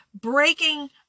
breaking